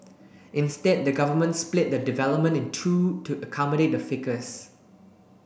instead the government split the development in two to accommodate the ficus